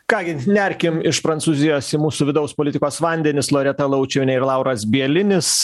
ką gi nerkim iš prancūzijos į mūsų vidaus politikos vandenis loreta laučiuvienė ir lauras bielinis